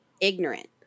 ignorant